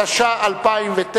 התש"ע 2009,